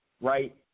right